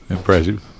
Impressive